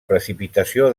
precipitació